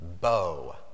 bow